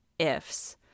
ifs